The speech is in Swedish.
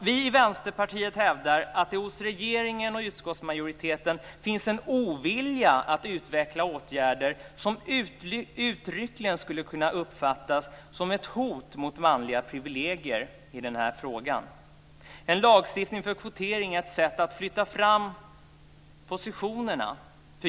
Vi i Vänsterpartiet hävdar att det hos regeringen och utskottsmajoriteten finns en ovilja att utveckla åtgärder som uttryckligen skulle kunna uppfattas som ett hot mot manliga privilegier i den här frågan. En lagstiftning för kvotering är ett sätt att flytta fram positionerna.